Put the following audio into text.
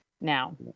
now